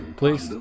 please